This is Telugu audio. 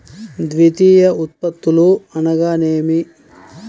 ద్వితీయ ఉత్పత్తులు అనగా నేమి?